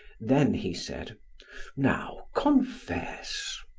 then he said now, confess.